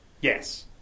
Yes